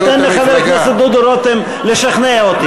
תן לחבר הכנסת דודו רותם לשכנע אותי.